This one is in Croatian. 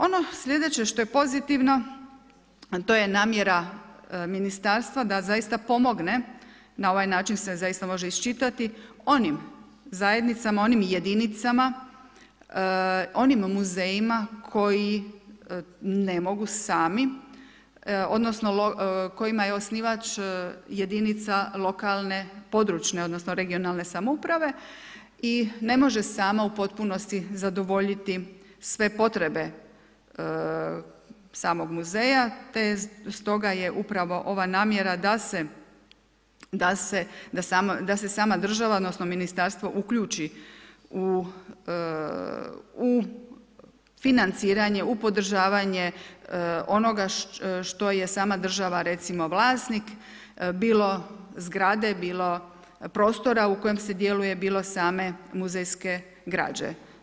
Ono sljedeće što je pozitivno a to je namjera ministarstva da zaista pomogne, na ovaj način se zaista može iščitati onim zajednicama, onim jedinicama, onim muzejima koji ne mogu sami, odnosno kojima je osnivač jedinica lokalne, područne odnosno regionalne samouprave i ne može sama u potpunosti zadovoljiti sve potrebe samog muzeja te stoga je upravo ova namjera da se, da se sama država odnosno ministarstvo uključi u financiranje, u podržavanje onoga što je sama država recimo vlasnik, bilo zgrade, bilo prostora u kojem se djeluje, bilo same muzejske građe.